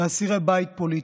לאסירי בית פוליטיים.